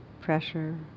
pressure